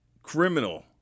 Criminal